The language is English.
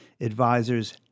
advisors